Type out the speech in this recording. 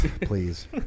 please